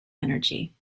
energy